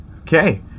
Okay